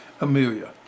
Amelia